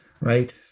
right